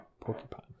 porcupine